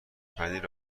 پنیر